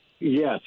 Yes